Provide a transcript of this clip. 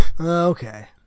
Okay